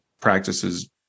practices